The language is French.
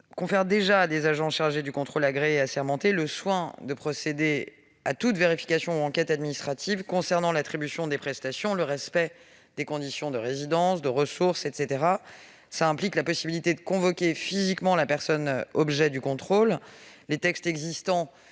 confèrent déjà à des agents chargés du contrôle agréés et assermentés le soin de procéder à toute vérification ou enquête administrative concernant l'attribution des prestations ou le respect des conditions de résidence, de ressources, etc. Cela implique la possibilité de convoquer physiquement la personne objet du contrôle. En d'autres termes, les